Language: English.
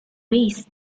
ways